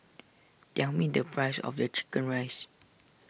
tell me the price of the Chicken Rice